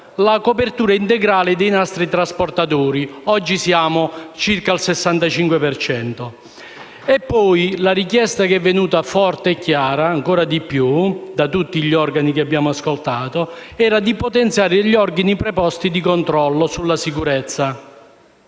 copertura integrale dei nastri trasportatori (oggi siamo circa al 65 per cento). Ma la richiesta che è venuta ancora più forte e chiara da tutti gli organi che abbiamo ascoltato era di potenziare gli organi preposti al controllo sulla sicurezza.